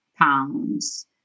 pounds